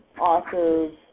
authors